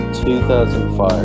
2005